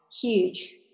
huge